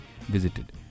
visited